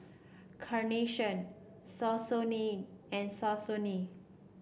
Carnation Saucony and Saucony